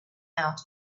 out